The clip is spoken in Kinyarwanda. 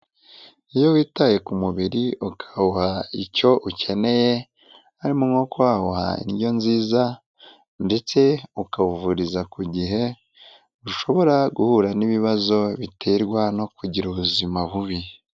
Iyo witaye ku mubiri ukawuha icyo ukeneye harimo nko kuba wawuha indyo nziza ndetse ukawuvuriza ku gihe ntushobora guhura n'ibibazo biterwa no kugira ubuzima bubi.